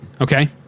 okay